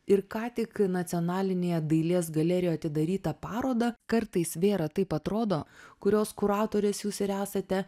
ir ką tik nacionalinėje dailės galerijoj atidarytą parodą kartais vėra taip atrodo kurios kuratorės jūs ir esate